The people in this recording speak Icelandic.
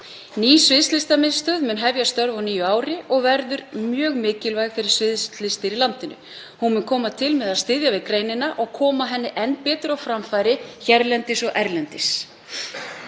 Ný sviðslistamiðstöð mun hefja störf á nýju ári og verður mjög mikilvæg fyrir sviðslistir í landinu. Hún mun koma til með að styðja við greinina og koma henni enn betur á framfæri hérlendis og erlendis.